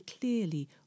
clearly